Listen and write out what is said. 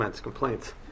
Complaints